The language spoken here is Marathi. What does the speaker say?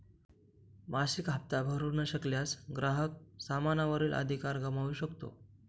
मासिक हप्ता भरू न शकल्यास, ग्राहक सामाना वरील अधिकार गमावू शकतो